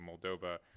Moldova